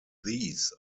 these